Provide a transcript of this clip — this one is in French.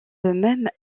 même